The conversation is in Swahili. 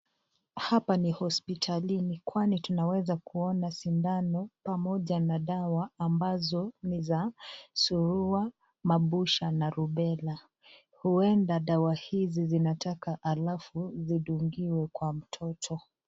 Hapa ni hospitalini kwani tunaweza kuona sindano pamoja na dawa ambazo ni za, Suruwa, Mabusha na Rubella. Huwenda dawa hizi zinataka alafu zidungiwe kwa mtoto.